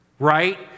right